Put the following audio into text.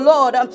Lord